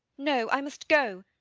no i must go.